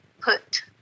put